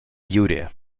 юре